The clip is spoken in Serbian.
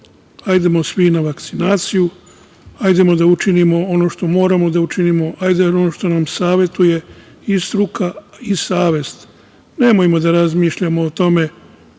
Hajdemo svi na vakcinaciju, hajde da učinimo ono što moramo da učinimo, hajde ono što nam savetuje i struka i savest nemojmo da razmišljamo o tome